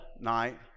night